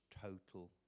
total